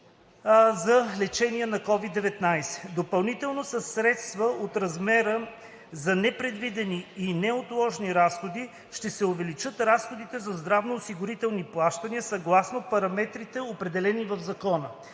за лечение на COVID-19. Допълнително със средства от резерва за непредвидени и неотложни разходи ще се увеличават разходите за здравноосигурителни плащания съгласно параметрите, определени в Закона.